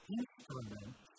instrument